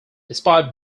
despite